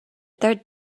third